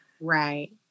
Right